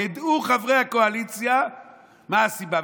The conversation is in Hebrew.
ידעו חברי הקואליציה מה הסיבה.